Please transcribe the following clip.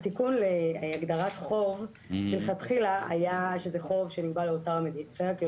התיקון להגדרת חוב, מלכתחילה היה שזה חוב שלא שולם